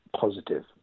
positive